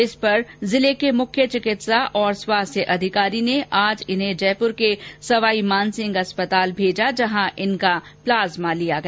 इस पर जिले के मुख्य चिकित्सा और स्वास्थ्य अधिकारी ने आज इन्हें जयपुर के सवाईमानसिंह अस्पताल भेजा जहां इनका प्लाज्मा लिया गया